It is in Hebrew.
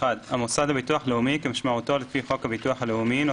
(1)המוסד לביטוח לאומי כמשמעותו לפי חוק הביטוח הלאומי ,